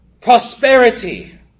prosperity